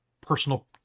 personal